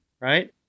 right